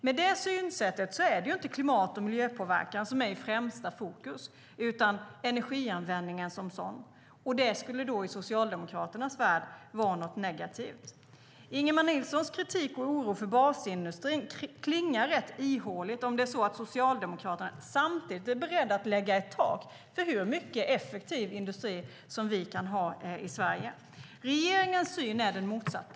Med det synsättet är det inte klimat och miljöpåverkan som är i främsta fokus utan energianvändningen som sådan. Och det skulle i Socialdemokraternas värld vara något negativt. Ingemar Nilssons kritik och oro för basindustrin klingar rätt ihåligt om Socialdemokraterna samtidigt är beredda att lägga ett tak för hur mycket effektiv industri vi kan ha i Sverige. Regeringens syn är den motsatta.